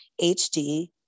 HD